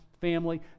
family